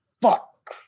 fuck